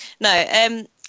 No